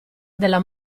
della